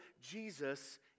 Jesus